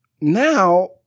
Now